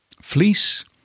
Fleece